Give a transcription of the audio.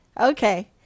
Okay